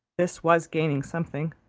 this was gaining something,